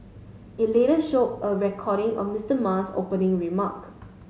it later show a recording of Mr Ma's opening remark